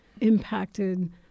impacted